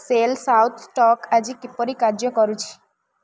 cell south stock ଆଜି କିପରି କାର୍ଯ୍ୟ କରୁଛି